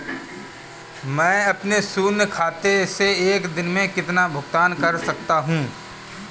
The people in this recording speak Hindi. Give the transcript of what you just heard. मैं अपने शून्य खाते से एक दिन में कितना भुगतान कर सकता हूँ?